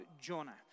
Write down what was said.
Jonah